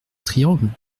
triangle